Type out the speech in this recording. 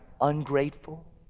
ungrateful